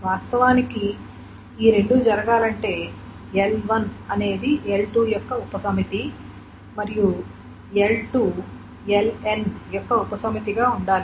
వాస్తవానికి ఈ రెండూ జరగాలంటే L1 అనేది L2 యొక్క ఉపసమితి మరియు L2 Ln యొక్క ఉపసమితిగా ఉండాలి